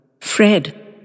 Fred